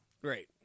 Great